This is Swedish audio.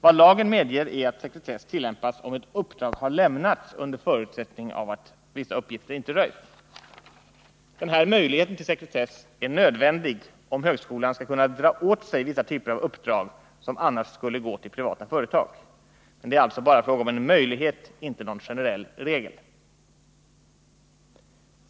Vad lagen medger är att sekretess tillämpas om ett uppdrag har lämnats under förutsättning av att vissa uppgifter inte röjs. Den här möjligheten till sekretess är nödvändig om högskolan skall kunna dra åt sig vissa typer av uppdrag som annars skulle gå till privata företag. Men det är alltså bara fråga om en möjlighet, inte någon generell regel.